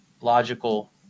logical